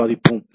விவாதிப்போம்